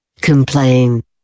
Complain